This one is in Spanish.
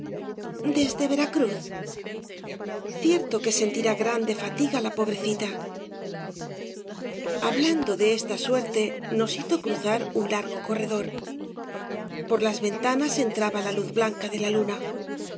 desde veracruz cierto que sentirá grande fatiga la pobrecita hablando de esta suerte nos hizo cruzar un largo corredor por las ventanas entraba la luz blanca de la luna